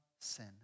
sin